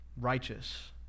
righteous